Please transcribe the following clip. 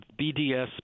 BDS